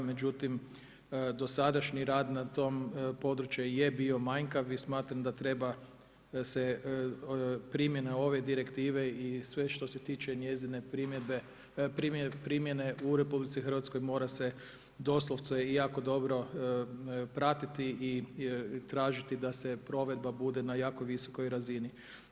Međutim, dosadašnji rad na tom području je bio manjkav i smatram da treba se primjena ove Direktive i sve što se tiče njezine primjene u RH mora se doslovce jako dobro pratiti i tražiti da se provedba bude na jako visokoj razini.